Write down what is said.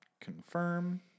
Confirm